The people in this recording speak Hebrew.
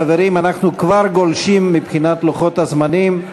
חברים, אנחנו כבר גולשים מבחינת לוחות הזמנים.